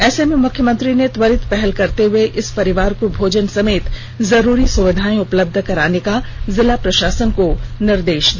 ऐसे में मुख्यमंत्री ने त्वरित पहल करते हुए इस परिवार को भोजन समेत जरुरी सुविधाएं उपलब्ध कराने का जिला प्रशासन को निर्देश दिया